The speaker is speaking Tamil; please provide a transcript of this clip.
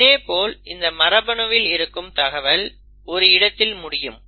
இதேபோல் இந்த மரபணுவில் இருக்கும் தகவல் ஒரு இடத்தில் முடியும்